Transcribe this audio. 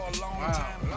Wow